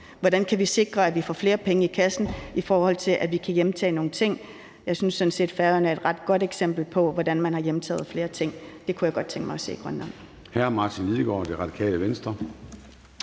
Hvordan kan vi sikre, at vi får flere penge i kassen, i forhold til at vi kan hjemtage nogle ting? Jeg synes sådan set, at Færøerne er et ret godt eksempel på, hvordan man kan hjemtage flere ting. Det kunne jeg godt tænke mig at se i Grønland.